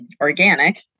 organic